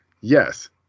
Yes